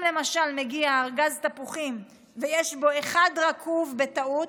אם למשל מגיע ארגז תפוחים ויש בו אחד רקוב בטעות,